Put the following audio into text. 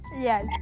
Yes